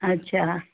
अच्छा